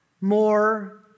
more